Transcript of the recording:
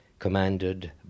commanded